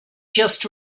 just